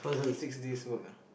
six days work ah